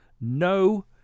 no